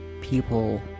people